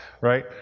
right